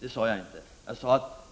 Jag sade att